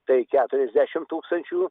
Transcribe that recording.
tai keturiasdešimt tūkstančių